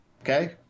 Okay